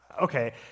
okay